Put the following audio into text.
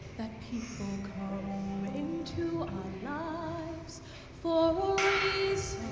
that people come into our lives for a reason